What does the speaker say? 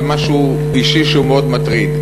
במשהו אישי שהוא מאוד מטריד.